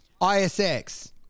ISX